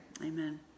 Amen